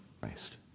Christ